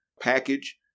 package